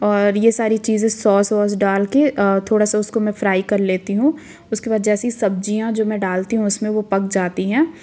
और ये सारी चीज़ें सॉस वोस डाल के थोड़ा सा उसको मैं फ्राइ कर लेती हूँ उसके बाद जैसी सब्जियाँ जो मैं डालती हूँ उसमें वो पक जाती है